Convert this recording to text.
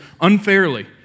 unfairly